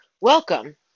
Welcome